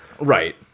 Right